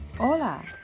Hola